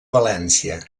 valència